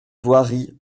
voirie